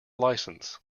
licence